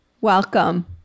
Welcome